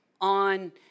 on